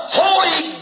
holy